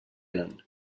eren